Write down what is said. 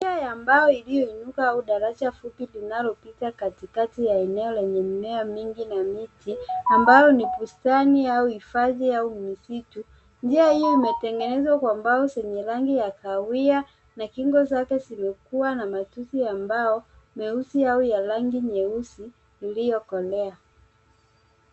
Njia ya mbao iliyoinuka au daraja fupi linalo pita katikati ya eneo lenye mimea mingi na miti ambao ni bustani au hifadhi au msitu. Njia hii imetengenezwa kwa mbao zenye rangi ya kahawia na kingo zote zimekua na machuzi ambao meusi au ya rangi nyeusi iliokolea.